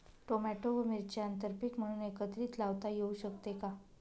Tomato व मिरची आंतरपीक म्हणून एकत्रित लावता येऊ शकते का?